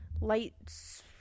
Lights